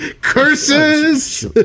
curses